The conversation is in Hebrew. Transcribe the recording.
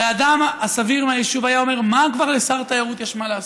הרי האדם הסביר מהיישוב היה אומר: מה כבר יש לשר תיירות לעשות?